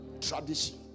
Tradition